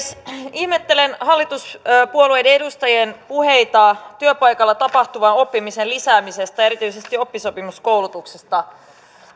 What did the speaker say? ihmettelen hallituspuolueiden edustajien puheita työpaikalla tapahtuvan oppimisen lisäämisestä ja erityisesti oppisopimuskoulutuksesta